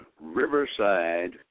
Riverside